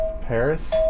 Paris